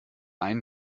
einen